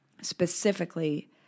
specifically